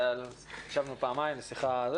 ישבנו פעמיים לשיחה.